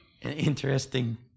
interesting